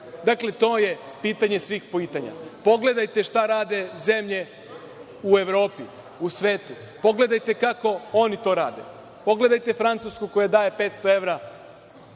Dakle, to je pitanje svih pitanja. Pogledajte šta rade zemlje u Evropi, u svetu. Pogledajte kako oni to rade. Pogledajte Francusku koja daje 500 evra